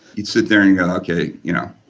it's a thing that okay you know